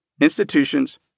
institutions